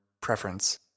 preference